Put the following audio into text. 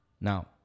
Now